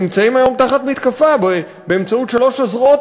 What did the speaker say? נמצאים היום תחת מתקפה באמצעות שלוש הזרועות